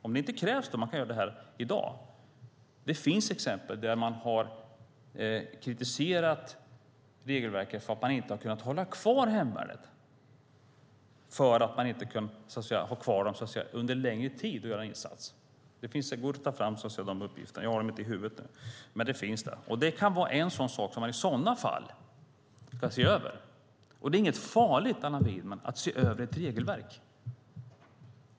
Om det inte krävs kan man göra det i dag. Det finns exempel där man har kritiserat regelverket för att man inte har kunnat hålla kvar hemvärnet för insatser under längre tid. De uppgifterna har jag inte i huvudet, men de går att ta fram. Det kan i så fall vara något sådant som man ska se över. Det är inget farligt, Allan Widman, att se över ett regelverk.